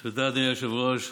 תודה, אדוני היושב-ראש.